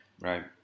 Right